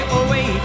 away